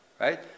right